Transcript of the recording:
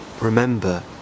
remember